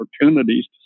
opportunities